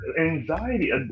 anxiety